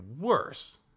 worse